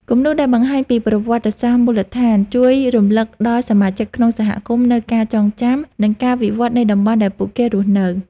គំនូរដែលបង្ហាញពី ប្រវត្តិសាស្ត្រមូលដ្ឋាន ជួយរំលឹកដល់សមាជិកក្នុងសហគមន៍នូវការចងចាំ និងការវិវត្តនៃតំបន់ដែលពួកគេរស់នៅ។